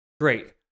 Great